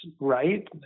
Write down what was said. right